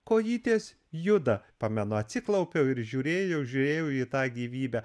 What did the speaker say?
kojytės juda pamenu atsiklaupiau ir žiūrėjau žiūrėjau į tą gyvybę